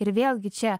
ir vėlgi čia